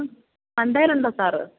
മണ്ടേലുണ്ടോ sir